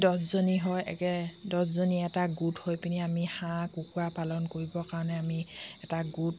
দহজনী হয় একে দহজনী এটা গোট হৈ পিনি আমি হাঁহ কুকুৰা পালন কৰিবৰ কাৰণে আমি এটা গোট